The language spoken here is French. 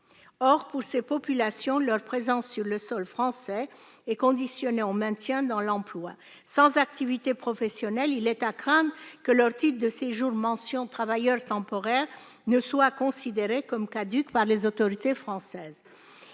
Or, pour ces populations, leur présence sur le sol français est conditionnée au maintien dans l'emploi. Sans activité professionnelle, il est à craindre que leur titre de séjour mention « travailleur temporaire » ne soit considéré comme caduc par les autorités françaises.